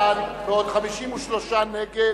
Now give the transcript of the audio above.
בעד, 9, בעוד 53 נגד